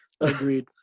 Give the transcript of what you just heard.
Agreed